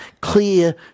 clear